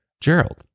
Gerald